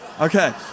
Okay